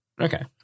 okay